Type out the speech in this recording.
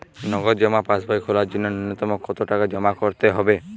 নগদ জমা পাসবই খোলার জন্য নূন্যতম কতো টাকা জমা করতে হবে?